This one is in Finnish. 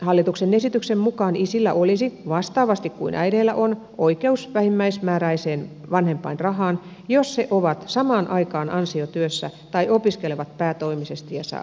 hallituksen esityksen mukaan isillä olisi vastaavasti kuin äideillä on oikeus vähimmäismääräiseen vanhempainrahaan jos he ovat samaan aikaan ansiotyössä tai opiskelevat päätoimisesti ja saavat opintorahaa